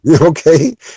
Okay